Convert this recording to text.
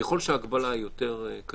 ככל שההגבלה היא יותר קשה,